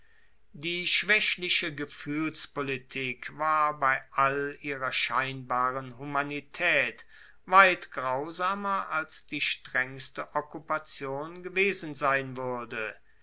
die schwaechliche gefuehlspolitik war bei all ihrer scheinbaren humanitaet weit grausamer als die strengste okkupation gewesen sein wuerde